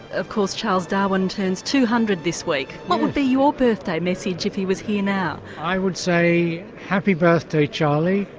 of course charles darwin turns two hundred this week, what would be your birthday message if he was here now? i would say happy birthday charlie,